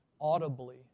audibly